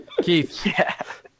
keith